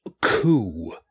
coup